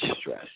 stress